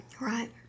Right